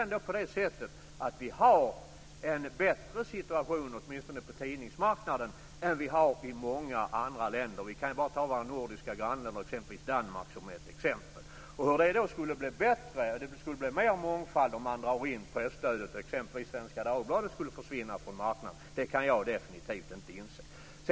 Vi har ändå en bättre situation åtminstone på tidningsmarknaden i Sverige än i många andra länder, t.ex. Danmark och våra andra nordiska grannländer. Hur detta skulle bli bättre och hur det skulle bli mer mångfald om man drar in presstödet - om exempelvis Svenska Dagbladet skulle försvinna från marknaden - kan jag definitivt inte inse.